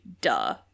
duh